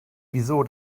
wieso